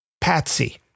patsy